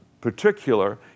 particular